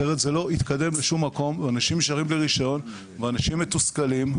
אחרת זה לא יתקדם לשום מקום ואנשים נשארים בלי רישיון ואנשים מתוסכלים.